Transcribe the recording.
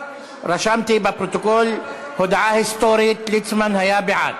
רשמתי בפרוטוקול, הודעה היסטורית, ליצמן היה בעד.